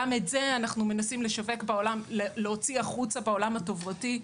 גם את זה אנחנו מנסים להוציא החוצה בעולם התרבותי,